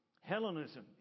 Hellenism